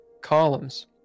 Columns